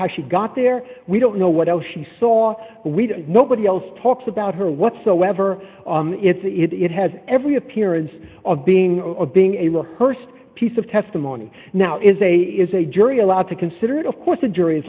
how she got there we don't know what else she saw nobody else talks about her whatsoever it has every appearance of being a being a look st piece of testimony now is a is a jury allowed to consider it of course the jury